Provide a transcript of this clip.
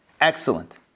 Excellent